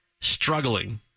Struggling